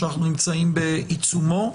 שאנחנו נמצאים בעיצומו.